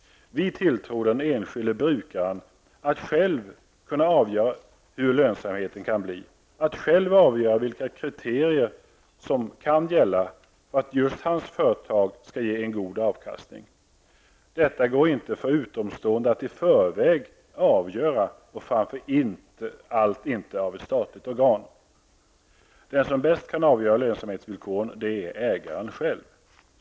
Vi tilltror den enskilde brukaren att själv avgöra hur lönsamheten kan bli, och själv avgöra vilka kriterier som kan gälla för att just hans företag skall ge en god avkastning. Detta går inte för utomstående att i förväg avgöra och framför allt inte av ett statligt organ. Den som bäst kan avgöra lönsamhetsvillkoren är ägaren själv.